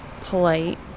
polite